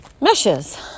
meshes